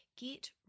Get